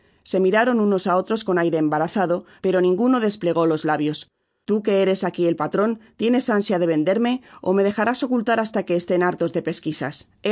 se miraron unos á otros con aire embarazado pero ninguno desplegó los lábios t tú que eres aqui el patron tienes ánsia de venderme ó me dejarás ocultar hasta que estén hartos de pesquisas